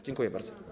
Dziękuję bardzo.